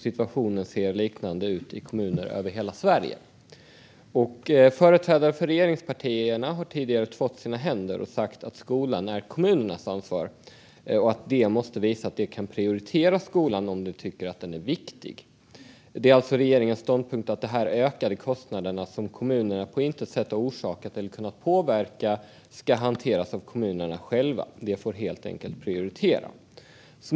Situationen ser liknande ut i kommuner över hela Sverige. Företrädare för regeringspartierna har tidigare tvått sina händer och sagt att skolan är kommunernas ansvar och att de måste visa att de kan prioritera skolan om de tycker att den är viktig. Regeringens ståndpunkt är alltså att de ökade kostnaderna, som kommunerna på intet sätt har orsakat eller kunnat påverka, ska hanteras av kommunerna själva. De får helt enkelt prioritera.